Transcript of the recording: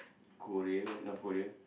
Korea North-Korea